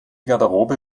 garderobe